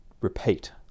Repeat